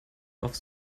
aufs